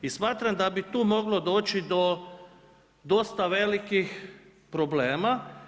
I smatram da bi tu moglo doći do dosta velikih problema.